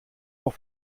pour